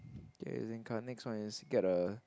get a E_Z-Link card next one is get a